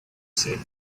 say